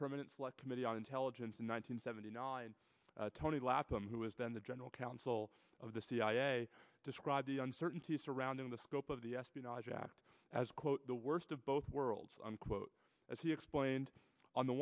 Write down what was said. permanent select committee on intelligence in one thousand seventy nine tony latham who was then the general counsel of the cia described the uncertainty surrounding the scope of the espionage act as quote the worst of both worlds unquote as he explained on the